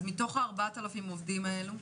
אז מתוך ה-4,000 עובדים האלה?